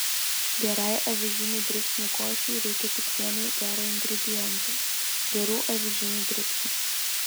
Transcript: gerai avižinių dribsnių košei reikia tik vieno gero ingrediento gerų avižinių dribsnių